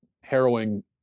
harrowing